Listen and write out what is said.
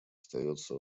остается